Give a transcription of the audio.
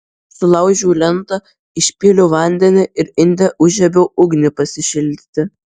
sulaužiau lentą išpyliau vandenį ir inde užžiebiau ugnį pasišildyti